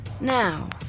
Now